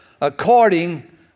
According